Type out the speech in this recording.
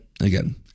again